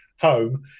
home